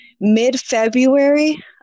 mid-February